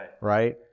Right